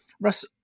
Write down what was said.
Russ